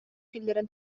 киллэрэн